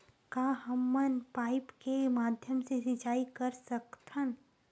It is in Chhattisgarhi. का हमन पाइप के माध्यम से सिंचाई कर सकथन?